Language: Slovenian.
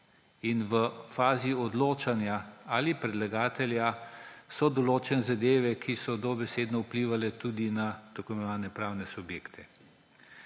In v fazi odločanja ali predlagatelja so določene zadeve, ki so dobesedno vplivale tudi na tako imenovane pravne subjekte.